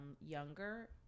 younger